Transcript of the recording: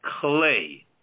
Clay